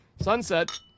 sunset